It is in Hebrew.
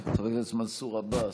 חבר הכנסת מנסור עבאס,